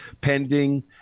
pending